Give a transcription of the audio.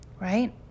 Right